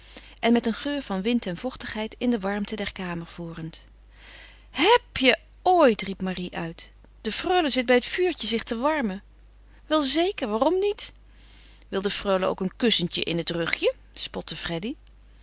en met zich een geur van wind en vochtigheid in de warmte der kamer voerend heb je ooit riep marie uit de freule zit bij het vuurtje zich te warmen wel zeker waarom niet wil de freule ook een kussentje in het rugje spotte freddy